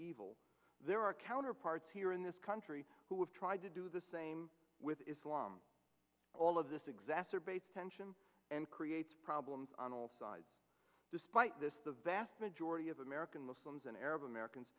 evil there are counterparts here in this country who have tried to do the same with islam all of this exacerbates tension and creates problems on all sides despite this the vast majority of american muslims and arab americans